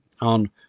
on